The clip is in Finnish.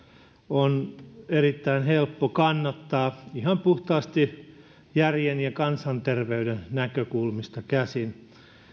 on erittäin helppo kannattaa ihan puhtaasti järjen ja kansanterveyden näkökulmista käsin